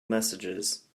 messages